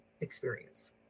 experience